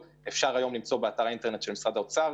אפשר היום למצוא את הפרטים באתר האינטרנט של משרד האוצר,